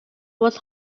was